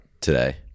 today